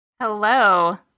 Hello